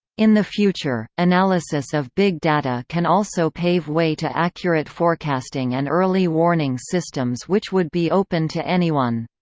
in the future, analysis of big data can also pave way to accurate forecasting and early warning systems which would be open to anyone.